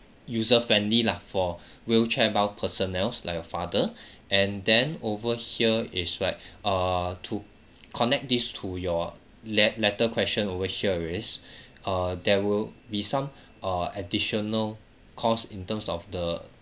user friendly lah for wheelchair bound personnels like your father and then over here is like err to connect these to your lat~ latter question over here is err there will be some uh additional cost in terms of the